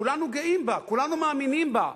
כולנו גאים בה, כולנו מאמינים בה,